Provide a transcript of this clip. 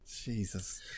Jesus